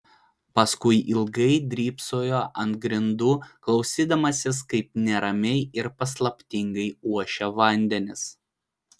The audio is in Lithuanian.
paskui ilgai drybsojo ant grindų klausydamasis kaip neramiai ir paslaptingai ošia vandenys